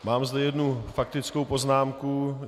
Mám zde jednu faktickou poznámku.